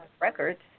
records